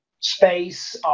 Space